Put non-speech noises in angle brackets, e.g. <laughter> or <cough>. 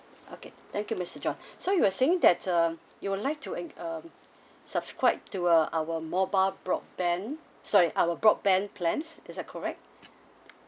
okay thank you mister john <breath> so you were saying that uh you would like to and uh subscribe to uh our mobile broadband sorry our broadband plans is that correct